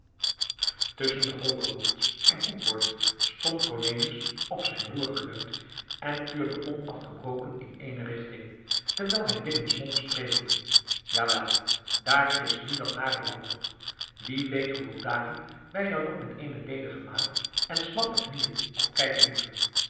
tusschen de hoogewoerds en koepoort stond cornelis op zijn roer geleund en tuurde onafgebroken in ééne richting terwijl hij binnensmonds prevelde jawel daar is nu dat nare lammen nog wie weet hoeveel dagen wij er nog met eene ledige maag en slappe knieën op kijken moeten